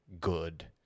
good